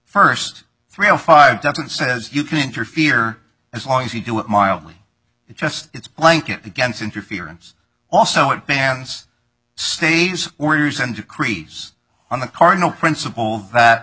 first three o five doesn't says you can interfere as long as you do it mildly it's just it's blanket against interference also it bans stays orders and decrees on the cardinal principle that